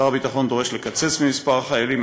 שר הביטחון דורש לקצץ במספר החיילים,